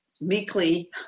meekly